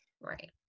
Right